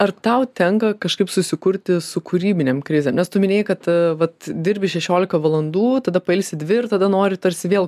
ar tau tenka kažkaip susikurti su kūrybinėm krizėm nes tu minėjai kad vat dirbi šešiolika valandų tada pailsi dvi ir tada nori tarsi vėl